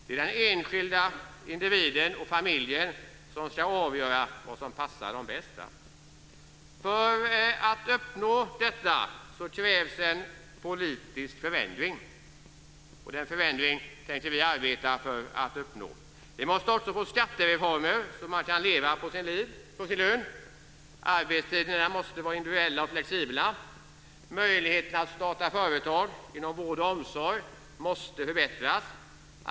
Det är den enskilda individen och familjen som ska avgöra vad som passar bäst. För att uppnå detta krävs en politisk förändring. Den förändringen tänker vi arbeta för att uppnå. Vi måste också få skattereformer, så att man kan leva på sin lön. Arbetstiderna måste vara individuella och flexibla. Möjligheterna att starta företag inom vård och omsorg måste förbättras.